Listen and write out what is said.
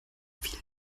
viel